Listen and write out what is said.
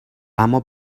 اما